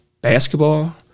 basketball